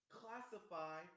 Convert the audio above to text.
classify